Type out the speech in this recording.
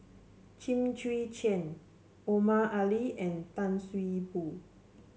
Lim Chwee Chian Omar Ali and Tan See Boo